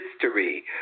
history